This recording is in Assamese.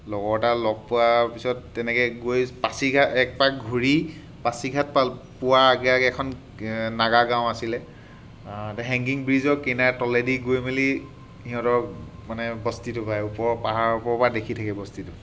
লগৰ এটা লগ পোৱাৰ পিছত তেনেকৈ গৈ পাছিঘাট এক পাক ঘূৰি পাছিঘাট পাল্ পোৱাৰ আগে আগে এখন নগা গাঁও আছিলে হেংগিং ব্ৰিজৰ কিনাৰে তলেদি গৈ মেলি সিহঁতৰ মানে বস্তিটো পায় ওপৰৰ পাহাৰৰ ওপৰৰ পৰা দেখি থাকি বস্তিটো